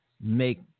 make